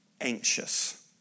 anxious